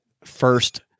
first